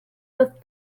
with